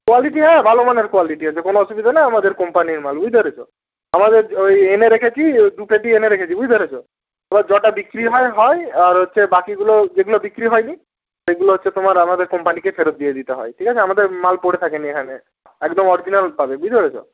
quality হ্যাঁ ভালো মানের কোয়ালিটি আছে কোনো অসুবিধা নেই আমাদের কোম্পানির মাল বুঝতে পেরেছো আমাদের ওই এনে রেখেছি দু পেটি এনে রেখেছি বুঝতে পেরেছো এবার যটা বিক্রি হয় হয় আর হচ্চে বাকিগুলো যেগুলো বিক্রি হয় নি সেগুলো হচ্ছে তোমার আবার ওই কোম্পানিকে ফেরত দিয়ে দিতে হয় ঠিক আছে আমাদের মাল পড়ে থাকে নি এখানে একদম অরজিনাল পাবে বুঝতে পেরেছো